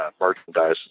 merchandise